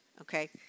okay